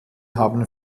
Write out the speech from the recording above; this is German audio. haben